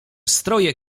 stroje